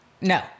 No